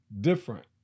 different